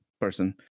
person